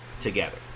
Together